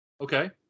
Okay